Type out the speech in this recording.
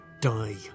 die